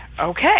okay